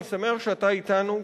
אני שמח שאתה אתנו,